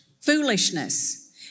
foolishness